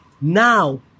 Now